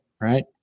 right